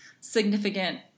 significant